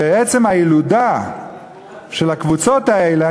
שעצם הילודה של הקבוצות האלה,